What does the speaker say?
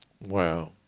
Wow